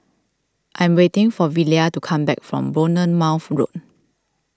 I am waiting for Velia to come back from Bournemouth Road